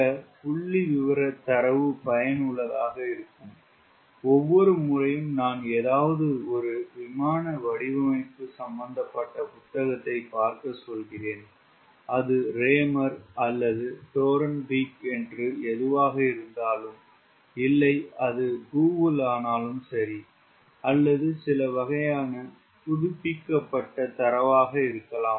சில புள்ளிவிவர தரவு பயனுள்ளதாக இருக்கும் ஒவ்வொரு முறையும் நான் ஏதாவது ஒரு விமான வடிவமைப்பு சம்பத்தம்பட்ட புத்தகத்தை பார்க்க சொல்கிறேன் அது ரேமர் அல்லது டோரன்பீக் என்று எதுவாக இருந்தாலும் இல்லை அது கூகிள் அனாலும் சரி அல்லது சில வகையான புதுப்பிக்கப்பட்ட தரவாக இருக்கலாம்